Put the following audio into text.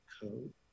Code